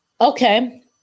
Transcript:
Okay